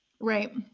Right